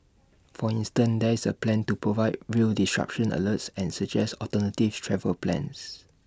for instance there is A plan to provide rail disruption alerts and suggest alternative travel plans